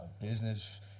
business